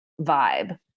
vibe